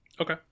Okay